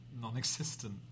non-existent